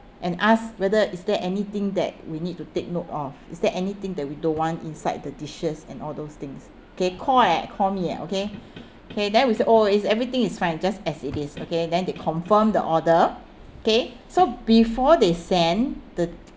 and ask whether is there anything that we need to take note of is there anything that we don't want inside the dishes and all those things okay call leh call me leh okay okay then we said oh it's everything is fine just as it is okay then they confirmed the order okay so before they send the